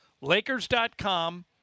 Lakers.com